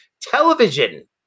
television